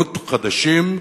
ציונות חדשות,